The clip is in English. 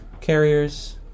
carriers